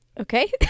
Okay